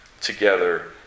together